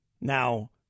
Now